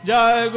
Jai